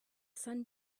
sun